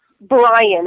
Brian